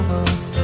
over